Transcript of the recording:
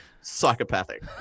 psychopathic